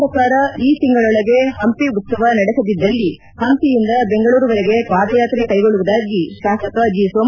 ರಾಜ್ಯ ಸರ್ಕಾರ ಈ ತಿಂಗಳೊಳಗೆ ಹಂಪ ಉತ್ಸವ ನಡೆಸದಿದ್ದಲ್ಲಿ ಹಂಪಿಯಿಂದ ಬೆಂಗಳೂರುವರೆಗೆ ಪಾದಾಯಾತ್ರೆ ಕೈಗೊಳ್ಳುವುದಾಗಿ ಶಾಸಕ ಜೆ